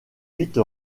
vite